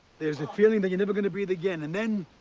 there is a feeling that you're never gonna breath again, and then,